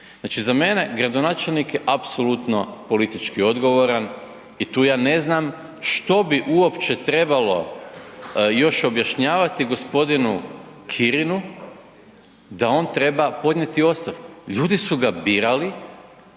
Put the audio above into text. za mene gradonačelnik je apsolutno politički odgovoran i tu ja ne znam što bi uopće trebalo još objašnjavati g. Kirinu da on treba podnijeti ostavku. Ljudi su ga birali